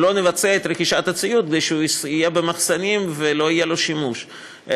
אנחנו לא נבצע את רכישת הציוד כדי שהוא יהיה במחסנים ולא יהיה לו שימוש,